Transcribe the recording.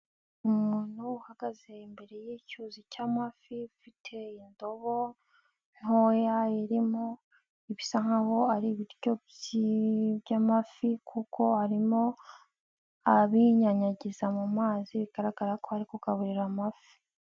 Umuntu uhagaze imbere y'icyuzi cy'amafi, ufite indobo, ntoya irimo ibisa nk'aho ari ibiryo by'amafi kuko arimo abinyanyagiza mu mazi, bigaragara ko ari kugaburira amafi.